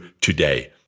today